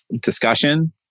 discussion